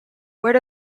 where